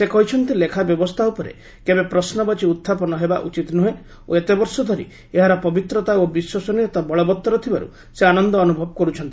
ସେ କହିଛନ୍ତି ଲେଖା ବ୍ୟବସ୍ଥା ଉପରେ କେବେ ପ୍ରଶ୍ରବାଚୀ ଉତ୍ଥାପନ ହେବା ଉଚିତ ନୁହେଁ ଓ ଏତେ ବର୍ଷ ଧରି ଏହା ଏହାର ପବିତ୍ରତା ଓ ବିଶ୍ୱସନୀୟତା ବଳବତ୍ତର ଥିବାରୁ ସେ ଆନନ୍ଦ ଅନୁଭବ କରୁଛନ୍ତି